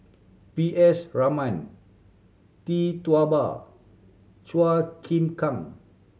P S Raman Tee Tua Ba Chua Chim Kang